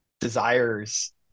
desires